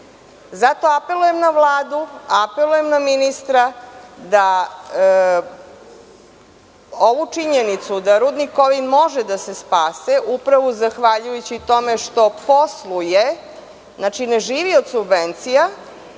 apelujem na Vladu, apelujem na ministra da, činjenica da Rudnik Kovin može da se spase upravo zahvaljujući tome što posluje, znači ne živi od subvencija,